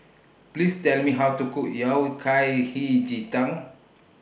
Please Tell Me How to Cook Yao Kai Hei Ji Tang